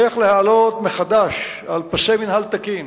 איך להעלות מחדש על פסי מינהל תקין